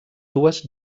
dues